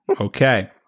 Okay